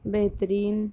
بہترین